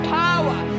power